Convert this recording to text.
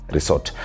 Resort